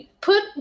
put